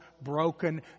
broken